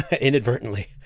inadvertently